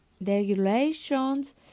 regulations